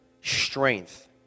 strength